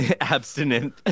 abstinent